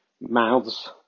mouths